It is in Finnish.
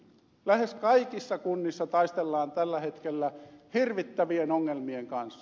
lähes kaikissa kunnissa taistellaan tällä hetkellä hirvittävien ongelmien kanssa